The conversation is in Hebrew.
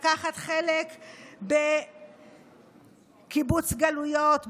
לקחת חלק בקיבוץ גלויות,